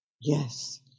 Yes